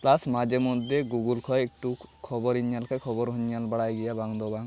plus ᱢᱟᱡᱷᱮᱼᱢᱚᱫᱽᱫᱷᱮ Google ᱠᱷᱚᱡ ᱮᱠᱴᱩ ᱠᱷᱚᱵᱚᱨᱤᱧ ᱧᱮᱞ ᱠᱷᱟᱡ ᱠᱷᱚᱵᱚᱨᱦᱚᱸᱧ ᱧᱮᱞ ᱵᱟᱲᱟᱭ ᱜᱮᱭᱟ ᱵᱟᱝᱫᱚ ᱵᱟᱝ